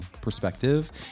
perspective